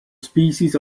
species